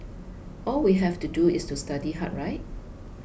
all we have to do is to study hard right